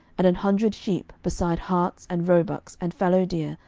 and an hundred sheep, beside harts, and roebucks, and fallowdeer,